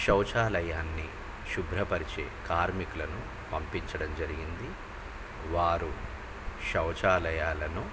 శౌచాలయాన్ని శుభ్రపరిచే కార్మికులను పంపించడం జరిగింది వారు శౌచాలయాలను